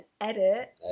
edit